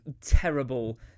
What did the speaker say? terrible